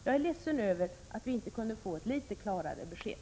Jag är ledsen över att vi inte kunde få ett något klarare besked.